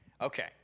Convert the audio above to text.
Okay